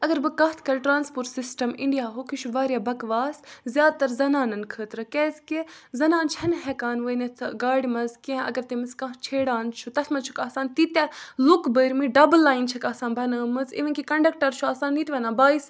اگر بہٕ کَتھ کَرٕ ٹرٛانسپوٗرٹ سِسٹَم اِنڈیا ہُک یہِ چھُ واریاہ بَکواس زیادٕ تَر زَنانَن خٲطرٕ کیٛازِکہِ زَنان چھَنہٕ ہیٚکان ؤنِتھ گاڑِ منٛز کیٚنٛہہ اگر تٔمِس کانٛہہ چھیڑان چھُ تَتھ منٛز چھُکھ آسان تیٖتیاہ لوٗکھ بھٔرمٕتۍ ڈَبٕل لایِن چھَکھ آسان بَنٲومٕژ اِوٕن کہِ کَنڈَکٹَر چھُ آسان یتہِ وَنان بھایِی صا